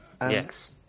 Yes